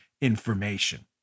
information